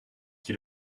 qui